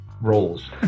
roles